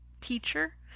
teacher